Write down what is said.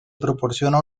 proporciona